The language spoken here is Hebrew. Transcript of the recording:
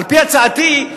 על-פי הצעתי,